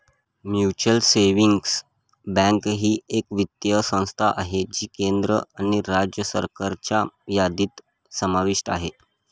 mutual savings bank ही एक वित्तीय संस्था आहे जी केंद्र आणि राज्य सरकारच्या यादीत समाविष्ट आहे